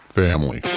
family